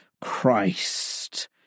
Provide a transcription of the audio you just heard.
Christ